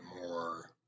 more